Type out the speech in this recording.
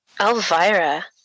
Elvira